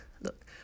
Look